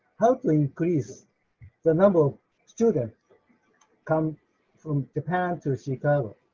help increase the number of students come from japan to chicago.